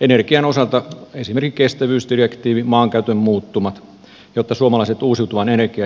energian osalta esimerkiksi kestävyysdirektiiviin maankäytön muuttumiin jotta suomalaiset uusiutuvat energiat eivät joudu kiellettyjen listalle